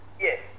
Yes